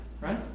right